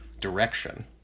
direction